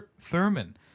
Thurman